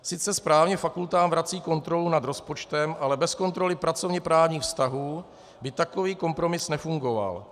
Sice správně fakultám vrací kontrolu nad rozpočtem, ale bez kontroly pracovněprávních vztahů by takový kompromis nefungoval.